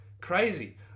crazy